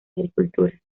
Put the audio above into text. agricultura